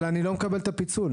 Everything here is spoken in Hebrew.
אבל אני לא מקבל את הפיצול,